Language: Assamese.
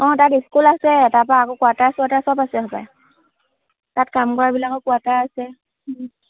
অঁ তাত স্কুল আছে তাৰপা আকৌ কোৱাটাৰ চোৱাটাৰ চব আছে স'বায় তাত কাম কৰাবিলাকৰ কোৱাটাৰ আছে